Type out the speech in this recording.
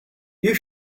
you